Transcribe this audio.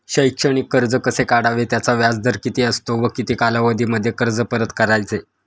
शैक्षणिक कर्ज कसे काढावे? त्याचा व्याजदर किती असतो व किती कालावधीमध्ये कर्ज परत करायचे?